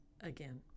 again